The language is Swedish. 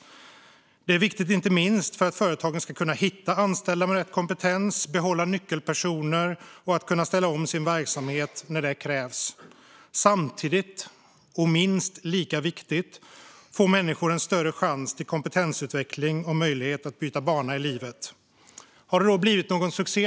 Det är viktigt inte minst för att företagen ska kunna hitta anställda med rätt kompetens, behålla nyckelpersoner och kunna ställa om sin verksamhet när det krävs. Samtidigt - och minst lika viktigt - får människor en större chans till kompetensutveckling och möjlighet att byta bana i livet. Har detta blivit någon succé?